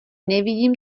nevidím